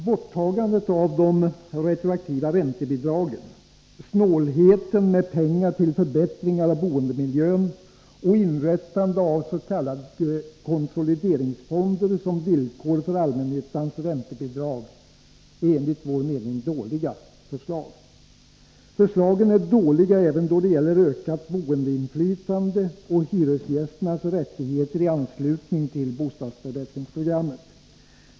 Borttagandet av de retroaktiva räntebidragen, snålheten med pengar till förbättringar av boendemiljön och inrättande av s.k. konsolideringsfonder som villkor för allmännyttans räntebidrag är enligt vår mening dåliga förslag. Förslagen är dåliga även då det gäller ökat boendeinflytande och hyresgästernas rättigheter i anslutning till bostadsförbättringsprogrammet.